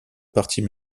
parties